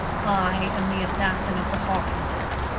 i am the assassin of the hawkinses.